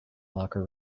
locker